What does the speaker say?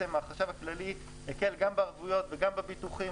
החשב הכללי הקל גם בערבויות וגם בביטוחים,